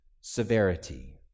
severity